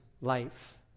life